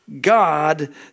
God